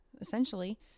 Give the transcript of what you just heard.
essentially